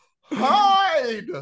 Hide